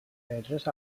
pedres